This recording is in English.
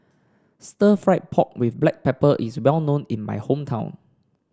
Stir Fried Pork with Black Pepper is well known in my hometown